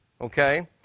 Okay